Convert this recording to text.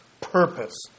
purpose